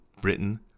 Britain